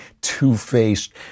two-faced